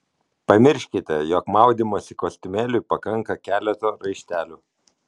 pamirškite jog maudymosi kostiumėliui pakanka keleto raištelių